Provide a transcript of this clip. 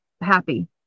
happy